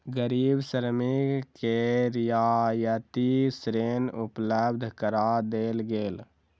गरीब श्रमिक के रियायती ऋण उपलब्ध करा देल गेल